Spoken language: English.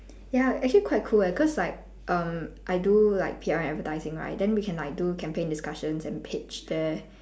ya actually quite cool eh cause like err I do like P_R and advertising right then we can like do campaign discussions and pitch there